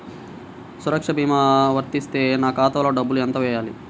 సురక్ష భీమా వర్తిస్తే నా ఖాతాలో డబ్బులు ఎంత వేయాలి?